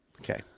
Okay